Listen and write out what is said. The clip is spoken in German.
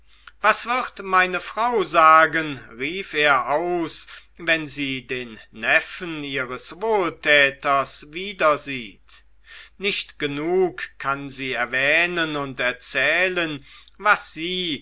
was wird meine frau sagen rief er aus wenn sie den neffen ihres wohltäters wiedersieht nicht genug kann sie erwähnen und erzählen was sie